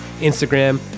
Instagram